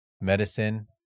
medicine